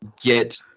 get